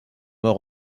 mort